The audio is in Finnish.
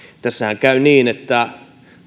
tässähän käy niin että